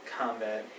combat